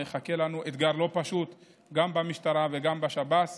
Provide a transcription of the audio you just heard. מחכה לנו אתגר לא פשוט גם במשטרה וגם בשב"ס.